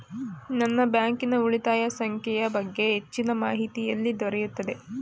ನನ್ನ ಬ್ಯಾಂಕಿನ ಉಳಿತಾಯ ಸಂಖ್ಯೆಯ ಬಗ್ಗೆ ಹೆಚ್ಚಿನ ಮಾಹಿತಿ ಎಲ್ಲಿ ದೊರೆಯುತ್ತದೆ?